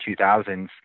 2000s